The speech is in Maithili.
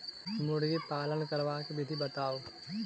मुर्गी पालन करबाक विधि बताऊ?